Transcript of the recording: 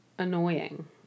annoying